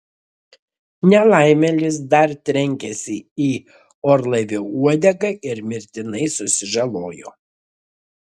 nelaimėlis dar trenkėsi į orlaivio uodegą ir mirtinai susižalojo